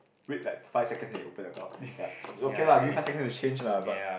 wait like five seconds then he open the door ya it's okay lah give me five seconds to change lah but